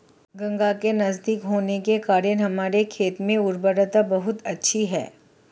गंगा के नजदीक होने के कारण हमारे खेत में उर्वरता बहुत अच्छी है